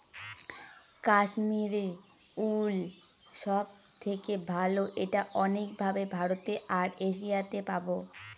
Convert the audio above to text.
Kashmiri wool সব থেকে ভালো এটা অনেক ভাবে ভারতে আর এশিয়াতে পাবো